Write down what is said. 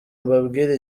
mbabwire